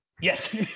Yes